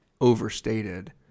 overstated